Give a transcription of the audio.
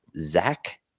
Zach